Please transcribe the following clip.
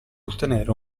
ottenere